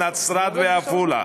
נצרת ועפולה.